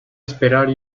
esperar